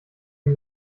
die